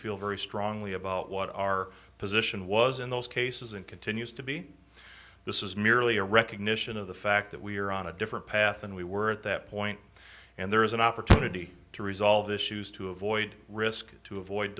feel very strongly about what our position was in those cases and continues to be this is merely a recognition of the fact that we are on a different path than we were at that point and there is an opportunity to resolve issues to avoid risk to avoid